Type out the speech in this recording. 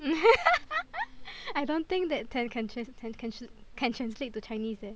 I don't think that th~ ca~ can tran~ can translate to Chinese eh